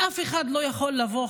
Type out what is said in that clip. אף אחד לא יכול לבוא,